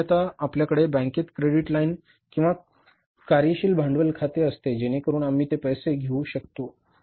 सामान्यत आपल्याकडे बँकेत क्रेडिट लाईन किंवा कार्यशील भांडवल खाते असते जेणेकरुन आम्ही ते पैसे घेऊ शकतो